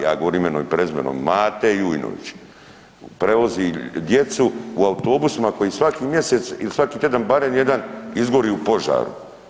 Ja govorim imenom i prezimenom Mate Jujnović prevozi djecu u autobusima koji svaki mjesec ili svaki tjedan barem jedan izgori u požaru.